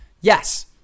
Yes